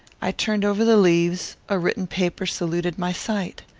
i turned over the leaves a written paper saluted my sight.